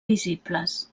visibles